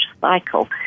cycle